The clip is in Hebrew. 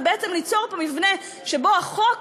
וליצור פה מבנה שבו החוק